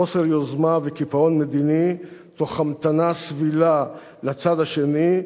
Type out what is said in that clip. חוסר יוזמה וקיפאון מדיני תוך המתנה סבילה לצד השני,